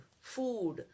food